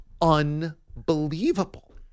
unbelievable